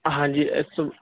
ਹਾਂਜੀ